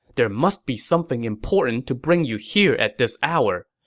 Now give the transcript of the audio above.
there must be something important to bring you here at this hour.